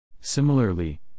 Similarly